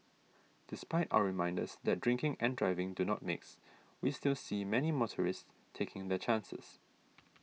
despite our reminders that drinking and driving do not mix we still see many motorists taking their chances